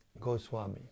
Goswami